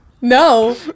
no